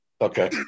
Okay